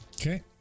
Okay